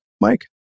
Mike